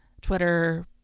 Twitter